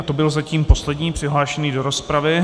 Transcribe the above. To byl zatím poslední přihlášený do rozpravy.